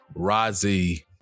Rozzy